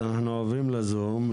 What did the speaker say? אז אנחנו עוברים לזום,